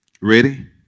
Ready